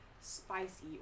spicy